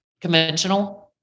conventional